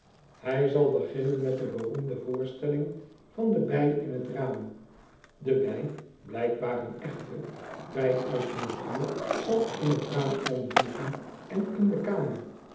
hij zal beginnen met de beroemde voorstelling van de bij in t raam de bij blijkbaar een echte by uit de natuur zal in t raam omvliegen en in de kamer